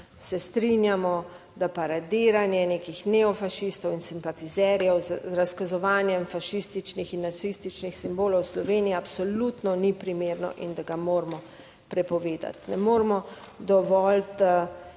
se strinjamo, da paradiranje nekih neofašistov in simpatizerjev z razkazovanjem fašističnih in nacističnih simbolov v Sloveniji absolutno ni primerno in da ga moramo prepovedati. Ne moremo dovoliti